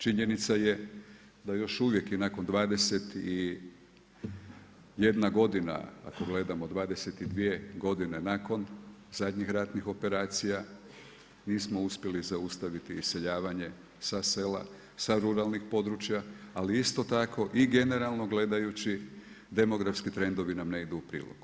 Činjenica je da još uvijek i nakon 20 i jedna godina ako gledamo 22 godine nakon zadnjih ratnih operacija nismo uspjeli zaustaviti iseljavanje sa sela, sa ruralnih područja, ali isto tako i generalno gledajući demografski trendovi nam ne idu u prilog.